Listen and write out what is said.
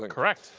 ah correct.